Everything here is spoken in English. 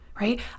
right